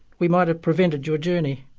we might have prevented your journey.